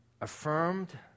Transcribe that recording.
affirmed